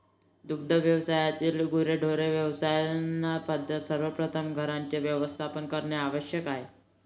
दुग्ध व्यवसायातील गुरेढोरे व्यवस्थापनासाठी सर्वप्रथम घरांचे व्यवस्थापन करणे आवश्यक आहे